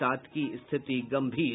सात की स्थिति गंभीर